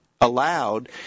allowed